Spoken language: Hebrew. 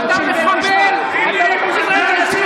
אתה לא תמשיך לנהל את הישיבה.